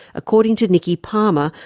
according to nikki palmer,